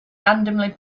randomly